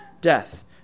death